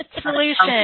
Solution